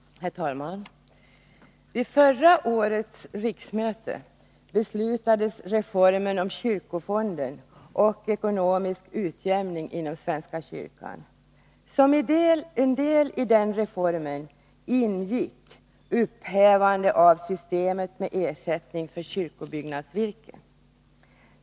Herr talman! Vid förra årets riksmöte beslutades reformen om kyrkofonden och ekonomisk utjämning inom svenska kyrkan. Som en del i reformen ingick upphävande av systemet med ersättning för kyrkobyggnadsvirke.